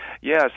Yes